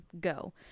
go